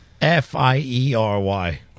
F-I-E-R-Y